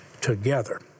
Together